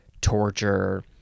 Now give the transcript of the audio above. Torture